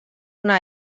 una